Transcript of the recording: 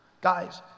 Guys